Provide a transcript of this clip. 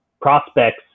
prospects